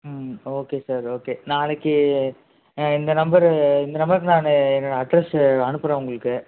ம் okay sir okay நாளைக்கு இந்த நம்பரு இந்த நம்பருக்கு நான் என்னோட அட்ரெஸ்ஸை அனுப்புகிறேன் உங்களுக்கு